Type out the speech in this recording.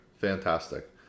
Fantastic